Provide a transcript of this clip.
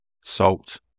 Salt